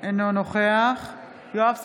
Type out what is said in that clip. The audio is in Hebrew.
אינו נוכח יואב סגלוביץ'